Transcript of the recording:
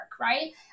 right